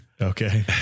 Okay